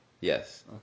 Yes